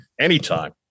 anytime